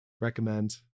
Recommend